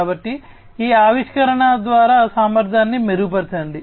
కాబట్టి ఈ ఆవిష్కరణ ద్వారా సామర్థ్యాన్ని మెరుగుపరచండి